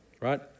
right